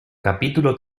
capítulo